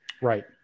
Right